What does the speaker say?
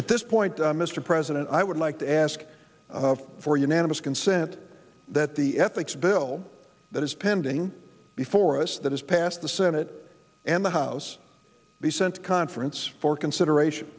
at this point mr president i would like to ask for unanimous consent that the ethics bill that is pending before us that is passed the senate and the house be sent conference for consideration